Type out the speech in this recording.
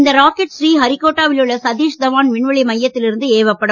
இந்த ராக்கெட் ஸ்ரீஹரிகோட்டாவில் உள்ள சதீஸ்தாவன் விண்வெளி மையத்தில் இருந்து ஏவப்படும்